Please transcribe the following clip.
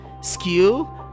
Skill